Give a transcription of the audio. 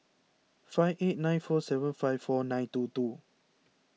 five eight nine four seven five four nine two two